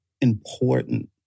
important